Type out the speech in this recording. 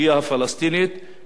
ואני חושב שהוא צלח.